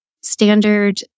standard